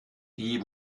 die